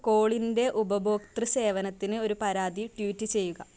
കോളിൻ്റെ ഉപഭോക്തൃ സേവനത്തിന് ഒരു പരാതി ട്വീറ്റ് ചെയ്യുക